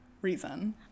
reason